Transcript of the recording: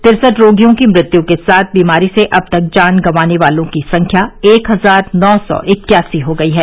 तिरसठ रोगियों की मृत्यू के साथ बीमारी से अब तक जान गंवाने वालों की संख्या एक हजार नौ सौ इक्यासी हो गयी है